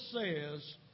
says